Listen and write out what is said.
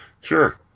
Sure